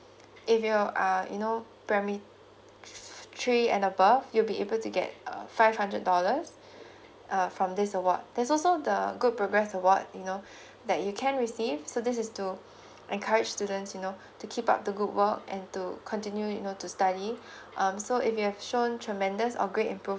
if your err you know primary three and above you be able to get uh five hundred dollars uh from this award there's also the good progress award you know that you can receive so this is to encourage students you know to keep up the good work and to continue you know to study um so if you've have shown tremendous or great improvement